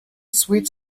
sweets